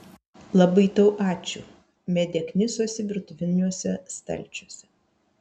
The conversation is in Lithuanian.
labai tau ačiū medė knisosi virtuviniuose stalčiuose